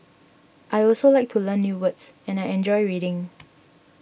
I also like to learn new words and I enjoy reading